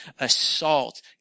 assault